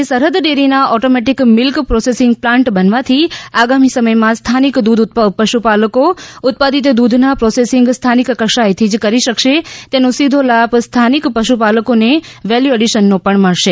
આજે સરહદ ડેરીના ઓટોમેટીક મીલ્ક પ્રોસેસીંગ પ્લાન્ટ બનવાથી આગામી સમયમાં સ્થાનિક દુધ પશુપાલકો ઉત્પાદિત દુધના પ્રોસેસીંગ સ્થાનિક કક્ષાએથી જ કરી શકશે તેનો સીધો લાભ સ્થાનિક પશુપાલકોને વેલ્યુએડીશનનો પણ મળશે